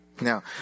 Now